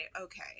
okay